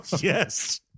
Yes